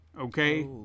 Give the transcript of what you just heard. Okay